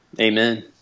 Amen